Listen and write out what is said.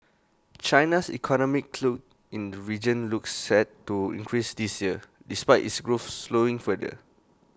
China's economic clout in the region looks set to increase this year despite its growth slowing further